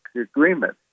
Agreement